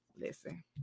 listen